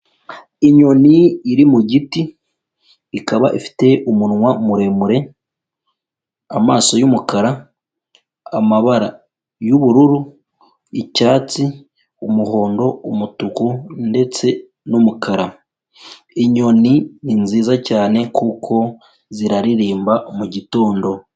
Inyoni iri mu giti, ikaba ifite umunwa muremure, amaso y'umukara, amabara y'ubururu, icyatsi, umuhondo, umutuku ndetse n'umukara. Inyoni ni nziza cyane kuko ziraririmba mu gitondo.